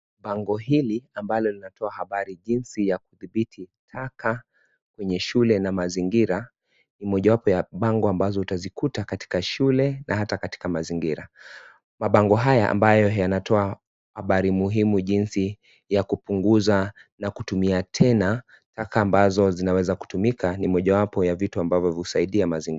Bango hili ambalo linatoa habari jinsi ya kudhibiti taka kwenye shule na mazingira, ni mojawapo ya bango ambazo utazikuta katika shule na hata katika mazingira. Mabango haya ambayo yanatoa habari muhimu jinsi ya kupunguza na kutumia tena taka ambazo zinaweza kutumika ni mojawapo ya vitu ambavyo husaidia mazingira.